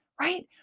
right